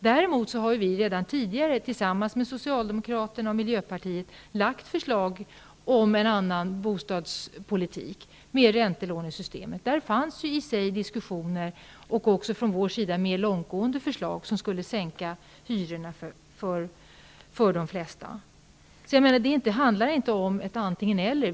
Vi har redan tidigare tillsammans med Socialdemokraterna och Miljöpartiet lagt fram förslag om en annan bostadspolitik med räntelånesystemet. Det fördes diskussioner, och från vår sida lades det också fram mer långtgående förslag om en sänkning av hyrorna för de flesta. Det handlar alltså inte om ett antingen--eller.